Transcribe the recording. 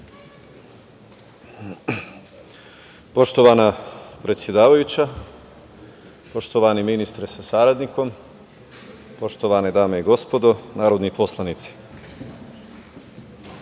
Poštovana predsedavajuća, poštovani ministre sa saradnikom, poštovane dame i gospodo narodni poslanici,